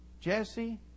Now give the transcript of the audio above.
Jesse